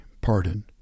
pardon